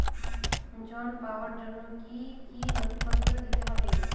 ঋণ পাবার জন্য কি কী নথিপত্র দিতে হবে?